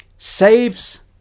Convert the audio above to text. saves